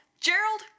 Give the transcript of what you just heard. Gerald